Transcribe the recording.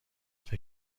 فکر